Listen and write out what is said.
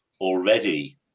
already